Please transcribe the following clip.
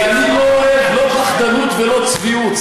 כי אני לא אוהב לא פחדנות ולא צביעות.